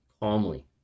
calmly